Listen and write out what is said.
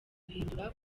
guhindura